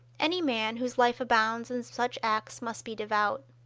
any man whose life abounds in such acts must be devout.